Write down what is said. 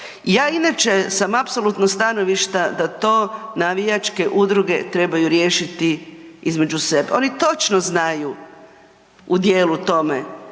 Ja inače sam apsolutno stanovišta da to navijačke udruge trebaju riješiti između sebe. Oni točno znaju u djelu tome